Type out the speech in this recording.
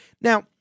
Now